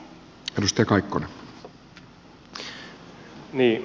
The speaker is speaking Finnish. arvoisa puhemies